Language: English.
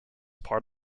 part